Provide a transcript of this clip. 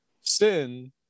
sin